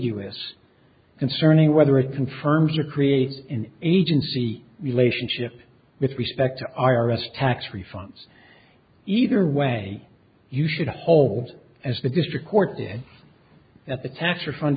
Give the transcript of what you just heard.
us concerning whether it confirms or creates an agency relationship with respect to r s tax refunds either way you should hold as the district court said that the tax refund